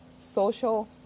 social